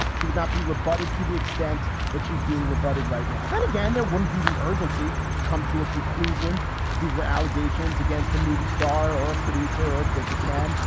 she would not be rebutted to the extent that she's being rebutted right now. then again, there wouldn't be the urgency to come to a conclusion if these were allegations against a movie star or a producer or businessman.